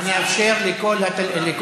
ואני אאפשר לכל התלמידים,